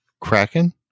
Kraken